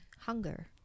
hunger